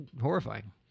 horrifying